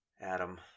Adam